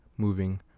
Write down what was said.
Moving